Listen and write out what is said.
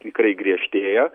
tikrai griežtėja